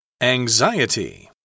Anxiety